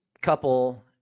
couple